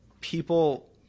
people